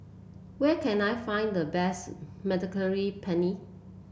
where can I find the best Mediterranean Penne